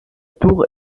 tour